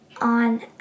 on